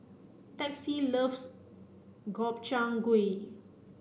Texie loves Gobchang Gui